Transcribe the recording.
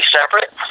separate